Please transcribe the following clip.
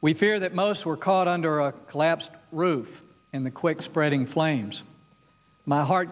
we fear that most were caught under a collapsed roof in the quake spreading flames my heart